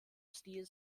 stil